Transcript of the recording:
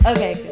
Okay